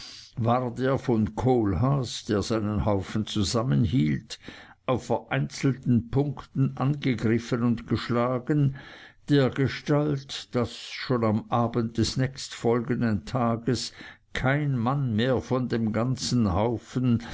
ward er von kohlhaas der seinen haufen zusammenhielt auf vereinzelten punkten angegriffen und geschlagen dergestalt daß schon am abend des nächstfolgenden tages kein mann mehr von dem ganzen haufen